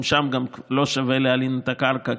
גם שם לא שווה להלין את הקרקע,